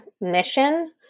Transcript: mission